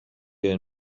year